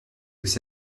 aussi